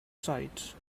sight